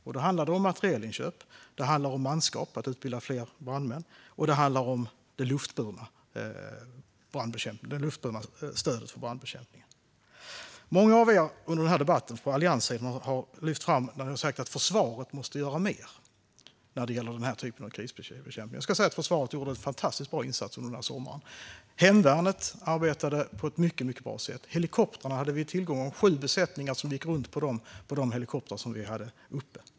Det handlar om materielinköp, om manskap - att utbilda fler brandmän - och om det luftburna stödet för brandbekämpningen. Många av er på allianssidan har under debatten lyft fram att försvaret måste göra mer vid krisbekämpning som denna. Jag vill framhålla att försvaret gjorde en fantastiskt bra insats under sommaren. Hemvärnet arbetade på ett mycket bra sätt. Vi hade tillgång till helikoptrarna. Sju besättningar gick runt på de helikoptrar som vi hade uppe.